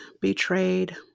betrayed